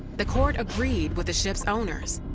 the court agreed with the ship's owners,